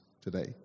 today